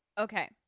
Okay